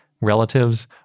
relatives